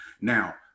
now